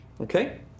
Okay